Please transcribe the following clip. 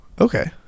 Okay